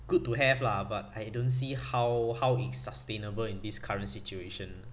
good to have lah but I don't see how how it's sustainable in this current situation